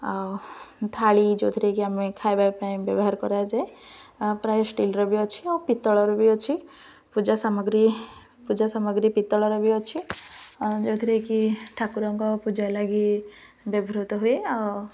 ଆଉ ଥାଳି ଯେଉଁଥିରେ କିି ଆମେ ଖାଇବା ପାଇଁ ବ୍ୟବହାର କରାଯାଏ ପ୍ରାୟ ଷ୍ଟିଲ୍ର ବି ଅଛି ଆଉ ପିତ୍ତଳର ବି ଅଛି ପୂଜା ସାମଗ୍ରୀ ପୂଜା ସାମଗ୍ରୀ ପିତ୍ତଳର ବି ଅଛି ଯେଉଁଥିରେ କିି ଠାକୁରଙ୍କ ପୂଜା ଲାଗି ବ୍ୟବହୃତ ହୁଏ ଆଉ